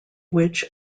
which